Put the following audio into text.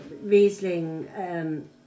Riesling